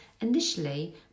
initially